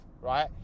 right